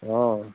অঁ